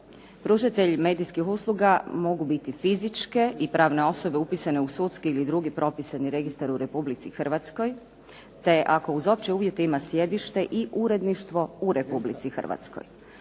Pružatelj medijskih usluga mogu biti fizičke i pravne osobe upisane u sudski ili drugi propisani registar u Republici Hrvatskoj, te ako uz opće uvjete ima sjedište i uredništvo u Republici Hrvatskoj.